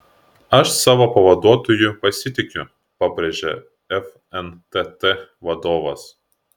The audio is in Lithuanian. aš savo pavaduotoju pasitikiu pabrėžė fntt vadovas